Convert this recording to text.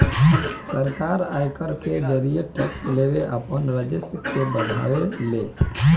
सरकार आयकर के जरिए टैक्स लेके आपन राजस्व के बढ़ावे ले